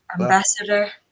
Ambassador